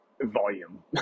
volume